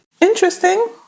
Interesting